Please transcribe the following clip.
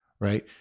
right